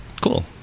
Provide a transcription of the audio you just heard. cool